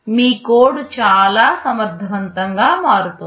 మీ code చాలా సమర్థవంతంగా మారుతోంది